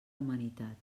humanitat